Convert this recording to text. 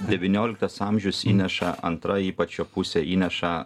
devynioliktas amžius įneša antra ypač jo pusė įneša